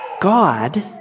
God